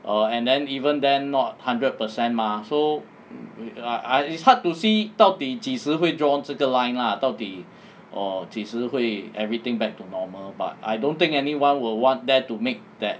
err and then even then not hundred percent mah so I I it's hard to see 到底几时会 drawn 这个 line lah 到底 orh 几时会 everything back to normal but I don't think anyone would want that to make that